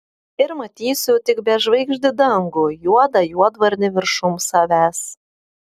ir matysiu tik bežvaigždį dangų juodą juodvarnį viršum savęs